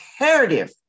imperative